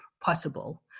possible